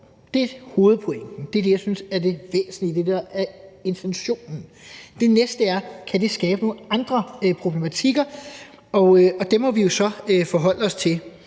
Dét er hovedpointen; det er det, jeg synes er det væsentlige; det er det, der er intentionen. Det næste er, om det kan skabe nogle andre problematikker, og dem må vi jo så forholde os til.